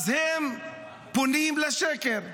הם פונים לשקר.